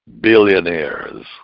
billionaires